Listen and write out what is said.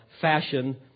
fashion